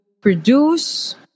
produce